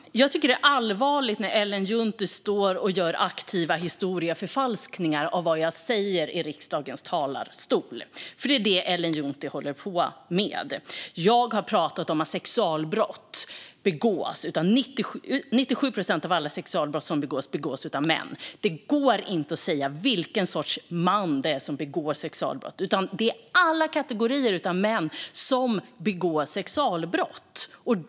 Fru talman! Jag tycker att det är allvarligt när Ellen Juntti står och gör aktiva historieförfalskningar av vad jag säger i riksdagens talarstol, för det är vad Ellen Juntti håller på med. Jag har talat om att av alla sexualbrott som begås är det 97 procent som begås av män. Det går inte att säga vilken sorts man som begår sexualbrott, utan det är alla kategorier av män som begår sexualbrott.